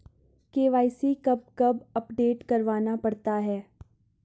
KYC कब कब update करवाना पड़ता है?